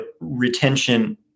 retention